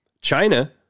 China